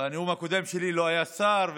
בנאום הקודם שלי לא היה שר,